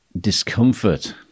discomfort